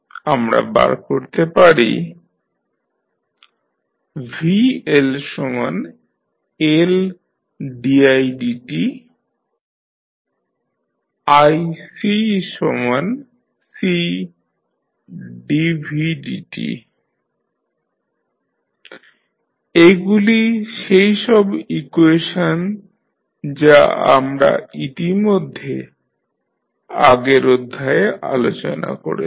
আমরা বার করতে পারি vLLdidt iCCdvdt এগুলি সেই সব ইকুয়েশন যা আমরা ইতিমধ্যে আগের অধ্যায়ে আলোচনা করেছি